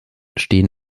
stehen